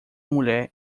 mulher